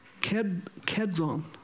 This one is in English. Kedron